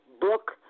book